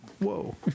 Whoa